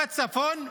בצפון,